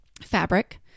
fabric